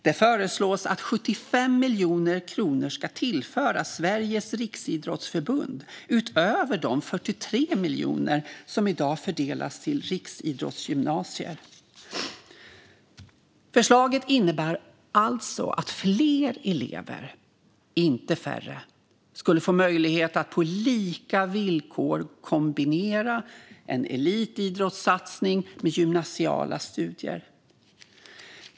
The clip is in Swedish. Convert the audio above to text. Där föreslås att 75 miljoner kronor ska tillföras Sveriges Riksidrottsförbund, utöver de 43 miljoner som i dag fördelas till riksidrottsgymnasier. Förslaget innebär alltså att fler elever, inte färre, skulle få möjlighet att på lika villkor kombinera en elitidrottssatsning med gymnasiala studier.